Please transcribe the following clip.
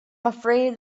afraid